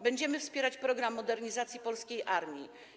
Będziemy wspierać program modernizacji polskiej armii.